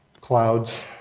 Clouds